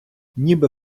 ніби